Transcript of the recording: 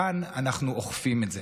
כאן אנחנו אוכפים את זה.